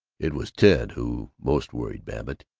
it was ted who most worried babbitt.